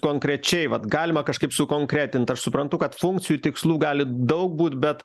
konkrečiai vat galima kažkaip sukonkretint aš suprantu kad funkcijų tikslų gali daug būt bet